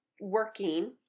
working